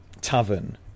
tavern